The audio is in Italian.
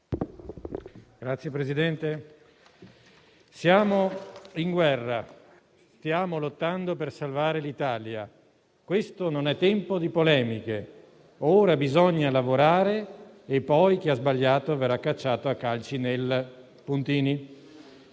siamo in guerra. Stiamo lottando per salvare l'Italia. Questo non è tempo di polemiche. Ora bisogna lavorare e poi chi ha sbagliato verrà cacciato a calci nel...